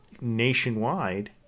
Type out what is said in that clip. nationwide